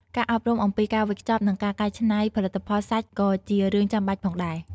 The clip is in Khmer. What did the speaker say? ការអប់រំអំពីការវេចខ្ចប់និងការកែច្នៃផលិតផលសាច់ក៏ជារឿងចាំបាច់ផងដែរ។